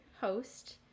host